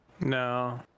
no